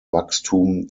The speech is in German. wachstum